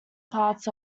parts